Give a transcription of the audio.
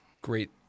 great